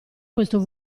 questo